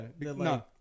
No